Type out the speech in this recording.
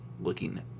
looking